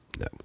No